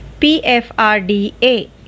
PFRDA